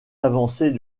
avancés